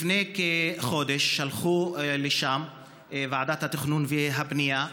לפני כחודש שלחה לשם ועדת התכנון והבנייה,